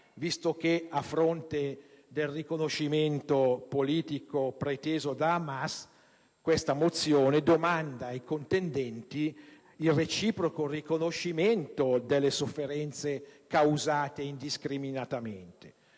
visto che, a fronte del riconoscimento politico preteso da Hamas, questa mozione domanda ai contendenti il reciproco riconoscimento delle sofferenze causate indiscriminatamente.